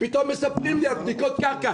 פתאום מספרים לי על בדיקות קרקע.